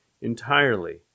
entirely